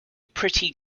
pretty